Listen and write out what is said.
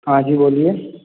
हाँ जी बोलिए